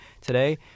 today